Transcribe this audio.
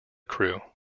crew